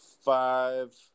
five